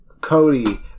Cody